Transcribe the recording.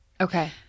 Okay